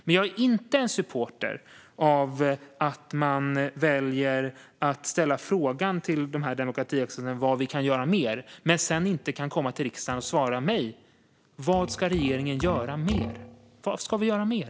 Men jag är inte en supporter av att regeringen frågar demokratirörelsen vad mer man kan göra men inte kan svara på min fråga här i riksdagen: Vad ska regeringen göra mer?